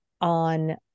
on